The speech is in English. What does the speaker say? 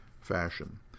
fashion